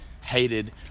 Hated